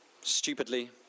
stupidly